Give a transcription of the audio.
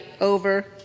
over